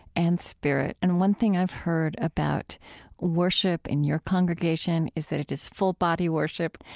and spirit. and one thing i've heard about worship in your congregation is that it is full-body worship,